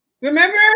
remember